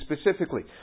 specifically